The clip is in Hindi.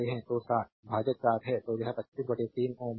तो 60 भाजक 60 है तो यह 253 Ω होगा